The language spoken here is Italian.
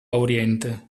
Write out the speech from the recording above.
oriente